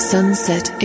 Sunset